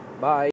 Bye